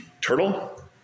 turtle